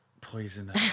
Poisoner